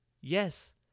yes